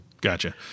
Gotcha